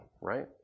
right